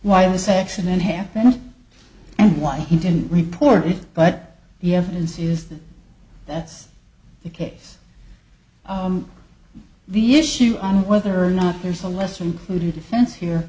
why this accident happened and why he didn't report it but the evidence is that that's the case the issue on whether or not there's a lesser included offense here